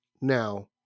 now